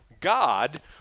God